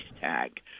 tag